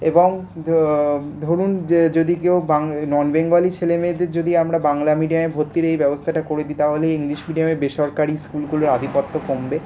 এবং ধরুন যে যদি কেউ নন বেঙ্গলি ছেলেমেয়েদের যদি আমরা বাংলা মিডিয়ামে ভর্তির এই ব্যবস্থাটা করে দিই তাহলে ইংলিশ মিডিয়ামে বেসরকারি স্কুলগুলোর আধিপত্য কমবে